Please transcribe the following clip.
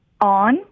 on